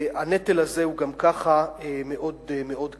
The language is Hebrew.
הנטל הזה גם ככה מאוד מאוד כבד.